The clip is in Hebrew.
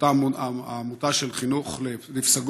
אותה העמותה של חינוך לפסגות,